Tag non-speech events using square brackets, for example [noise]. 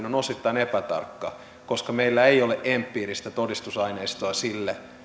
[unintelligible] on osittain epätarkka koska meillä ei ole empiiristä todistusaineistoa sille